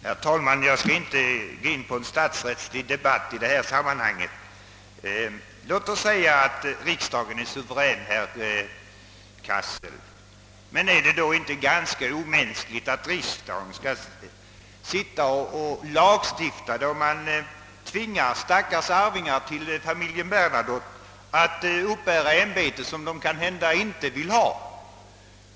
Herr talman! Jag skall inte gå in i en statsrättslig debatt i detta sammanhang. Låt oss säga att riksdagen är suverän, herr Cassel, men är det då inte ganska omänskligt att riksdagen skall genom lagstiftning tvinga stackars arvingar till familjen Bernadotte att uppbära ämbeten som de kanhända inte vill ha.